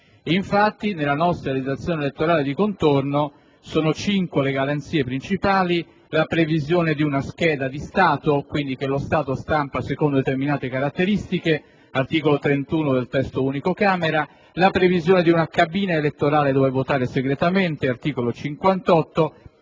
Infatti, nella nostra legislazione elettorale di contorno sono cinque le garanzie principali: la previsione di una scheda di Stato, che lo Stato quindi stampa secondo determinate caratteristiche (articolo 31 del Testo unico della Camera dei deputati); la previsione di una cabina elettorale dove votare segretamente (articolo 58